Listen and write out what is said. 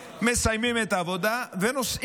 מסיימים את העבודה ונוסעים.